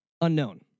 Unknown